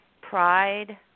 pride